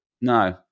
No